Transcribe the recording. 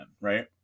right